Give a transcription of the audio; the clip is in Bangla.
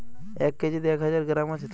এক কেজিতে এক হাজার গ্রাম আছে